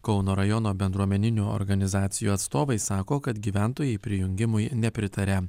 kauno rajono bendruomeninių organizacijų atstovai sako kad gyventojai prijungimui nepritaria